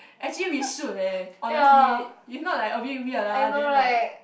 actually we should eh honestly if not like a bit weird ah then like